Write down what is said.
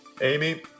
Amy